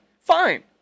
Fine